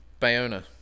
Bayona